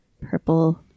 purple